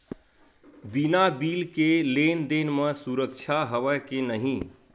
बिना बिल के लेन देन म सुरक्षा हवय के नहीं?